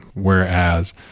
whereas,